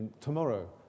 tomorrow